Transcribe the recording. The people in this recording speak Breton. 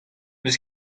eus